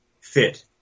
fit